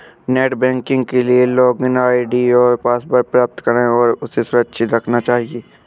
net banking के लिए login ID और पासवर्ड प्राप्त करें और उन्हें सुरक्षित रखना चहिये